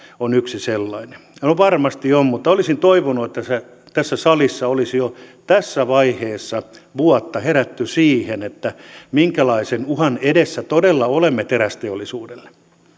on yksi sellainen no varmasti on mutta olisin toivonut että tässä salissa olisi jo tässä vaiheessa vuotta herätty siihen minkälaisen uhan edessä todella olemme terästeollisuudelle